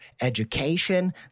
education